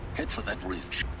head for that ridge